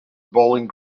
bowling